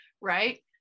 right